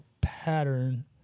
pattern